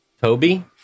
Toby